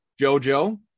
jojo